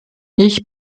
ich